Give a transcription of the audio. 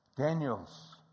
Daniels